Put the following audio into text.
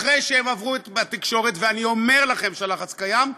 אחרי שהם עברו בתקשורת, ואני אומר לכם שהלחץ קיים,